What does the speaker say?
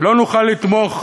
לא נוכל לתמוך